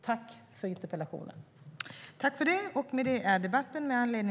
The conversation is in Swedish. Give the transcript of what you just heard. Tack för interpellationen!